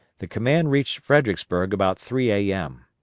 the command reached fredericksburg about three a m.